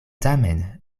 tamen